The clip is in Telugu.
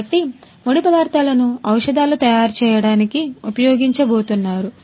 కాబట్టి ముడి పదార్థాలను ఔషధాలు తయారు చేయడానికి ఉపయోగించబోతున్నారు